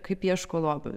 kaip ieško lobių